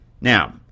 Now